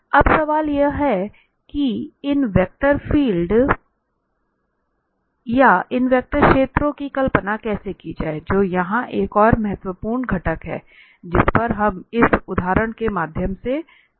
अब सवाल यह है कि इन वेक्टर क्षेत्रों की कल्पना कैसे की जाए जो यहां एक और महत्वपूर्ण घटक है जिस पर हम इस उदाहरण के माध्यम से चर्चा करेंगे